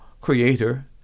creator